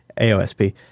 AOSP